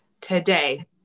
today